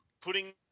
putting